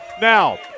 Now